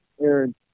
Aaron